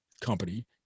company